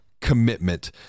commitment